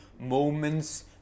moments